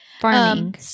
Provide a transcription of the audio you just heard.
farming